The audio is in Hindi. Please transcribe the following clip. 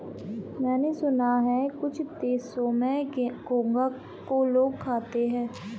मैंने सुना है कुछ देशों में घोंघा को लोग खाते हैं